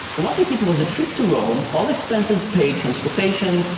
what if it was a trip to rome, all expenses paid, transportation,